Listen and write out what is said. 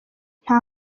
nta